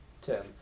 Tim